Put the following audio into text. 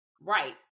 right